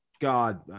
God